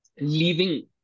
leaving